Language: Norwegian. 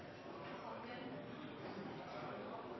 har ein